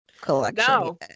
collection